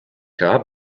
grab